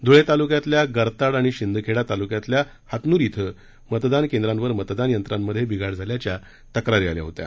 धुळे तालुक्यातल्या गरताड आणि शिंदखेडा तालुक्यातल्या हातनूर इथं मतदान केंद्रांवर मतदान यंत्रांमध्ये बिघाड झाल्याच्या तक्रारी आल्या होत्या